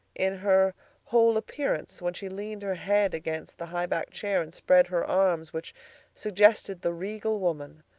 in her whole appearance when she leaned her head against the high-backed chair and spread her arms, which suggested the regal woman,